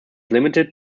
limited